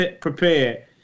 prepared